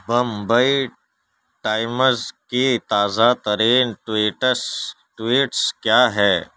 Bombay Times کی تازہ ترین ٹویٹس ٹویٹس کیا ہے